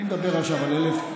אני מדבר עכשיו על 1,000,